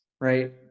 right